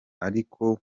ariko